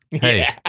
Hey